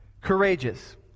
courageous